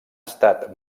estat